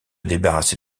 débarrasser